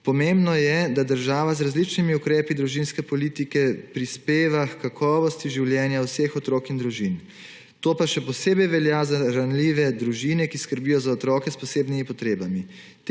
Pomembno je, da država z različnimi ukrepi družinske politike prispeva h kakovosti življenja vseh otrok in družin. To pa še posebej velja za ranljive družine, ki skrbijo za otroke s posebnimi potrebami.